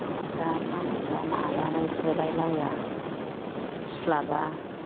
नाफ्रा फानहैबा नायानो थोलाय लाया सुस्लाबा